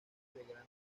dimensiones